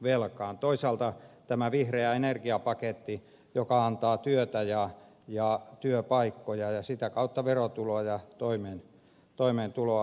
toisaalta on tämä vihreä energiapaketti joka antaa työtä ja työpaikkoja ja sitä kautta verotuloja ja toimeentuloa alueille